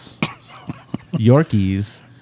Yorkies